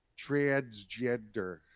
Transgender